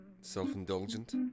self-indulgent